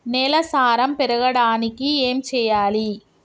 నేల సారం పెరగడానికి ఏం చేయాలి?